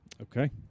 Okay